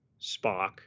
Spock